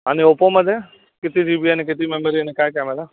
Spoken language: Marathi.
आणि ओपोमध्ये किती जी बी आणि किती मेमरी आणि काय कॅमेरा